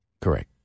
Correct